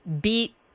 beat –